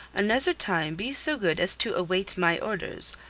another time be so good as to await my orders,